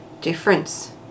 difference